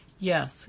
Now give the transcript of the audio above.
Yes